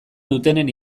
dutenen